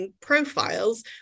profiles